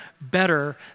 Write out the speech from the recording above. better